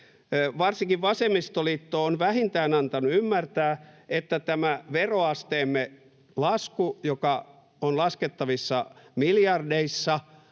Varsinkin vasemmistoliitto on vähintään antanut ymmärtää, että tämä veroasteemme lasku, joka on laskettavissa miljardeissa